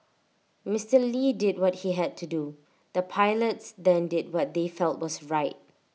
Mister lee did what he had to do the pilots then did what they felt was right